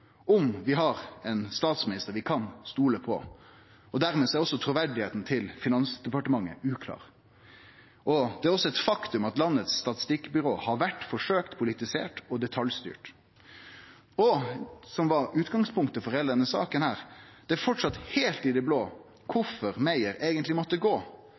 om vi har ein finansminister vi kan stole på, og dermed er også truverdet til Finansdepartementet uklart. Det er også eit faktum at statistikkbyrået i landet har vore forsøkt politisert og detaljstyrt. Og – noko som var utgangspunktet for heile denne saka – det er framleis heilt i det blå kvifor Meyer eigentleg måtte gå.